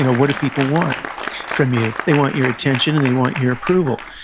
and what do people want from you? they want your attention and they want your approval.